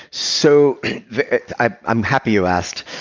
so i'm happy you asked.